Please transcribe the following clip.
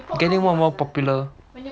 getting more and more popular